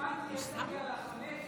לא יותר חשוב?